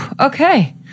okay